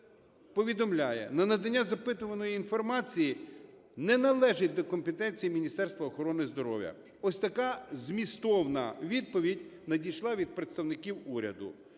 повідомляє: "Надання запитуваної інформації не належить до компетенції Міністерства охорони здоров'я". Ось така змістовна відповідь надійшла від представників уряду.